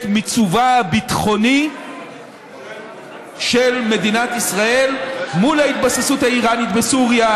מיצובה הביטחוני של מדינת ישראל מול ההתבססות האיראנית בסוריה,